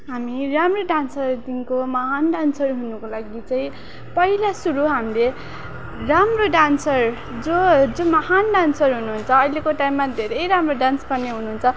हामी राम्रो डान्सरदेखिको महान् डान्सर हुनुको लागि चाहिँ पैला सुरु हामीले राम्रो डान्सर जो जो महान् डान्सर हुनुहुन्छ अहिलेको टाइममा धेरै राम्रो डान्स गर्ने हुनुहुन्छ